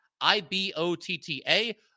I-B-O-T-T-A